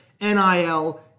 NIL